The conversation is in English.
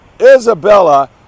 Isabella